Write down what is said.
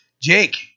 Jake